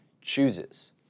chooses